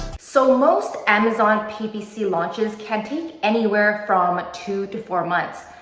so most amazon ppc launches can take anywhere from two to four months.